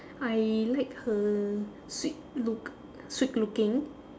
I like her sweet look sweet looking